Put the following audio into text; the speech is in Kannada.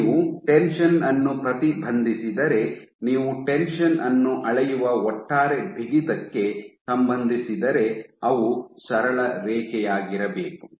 ನೀವು ಟೆನ್ಷನ್ ಅನ್ನು ಪ್ರತಿಬಂಧಿಸಿದರೆ ನೀವು ಟೆನ್ಷನ್ ಅನ್ನು ಅಳೆಯುವ ಒಟ್ಟಾರೆ ಬಿಗಿತಕ್ಕೆ ಸಂಬಂಧಿಸಿದರೆ ಅವು ಸರಳ ರೇಖೆಯಾಗಿರಬೇಕು